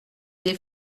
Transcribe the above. des